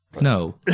No